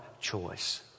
choice